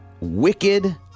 Wicked